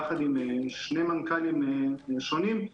יחד עם שני מנכ"לים ראשונים,